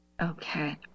Okay